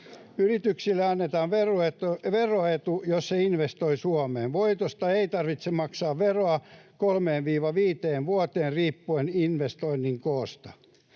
Yrityksille annetaan veroetuja, jos ne investoivat Suomeen. Voitosta ei tarvitse maksaa veroa 3—5 vuoteen riippuen investoinnin koosta.